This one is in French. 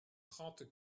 trente